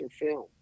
film